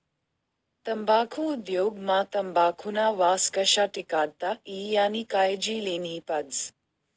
तम्बाखु उद्योग मा तंबाखुना वास कशा टिकाडता ई यानी कायजी लेन्ही पडस